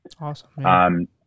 awesome